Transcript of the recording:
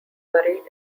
buried